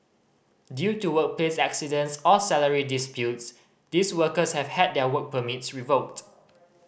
due to workplace accidents or salary disputes these workers have had their work permits revoked